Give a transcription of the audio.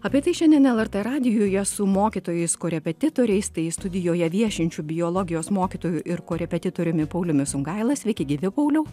apie tai šiandien lrt radijuje su mokytojais korepetitoriais tai studijoje viešinčiu biologijos mokytoju ir korepetitoriumi pauliumi sungaila sveiki gyvi pauliau